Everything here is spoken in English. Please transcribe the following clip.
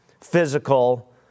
physical